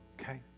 Okay